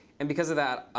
and because of that,